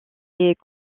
est